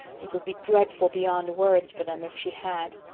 it would be dreadful beyond words for them if she had.